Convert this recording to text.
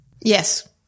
yes